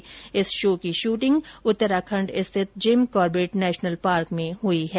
इस शो की शूटिंग उत्तराखंड स्थित जिमकॉर्बेट नेशनल पार्क में हुई है